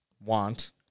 want